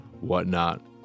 whatnot